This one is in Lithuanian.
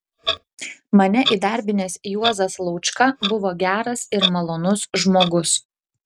mane įdarbinęs juozas laučka buvo geras ir malonus žmogus